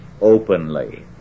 openly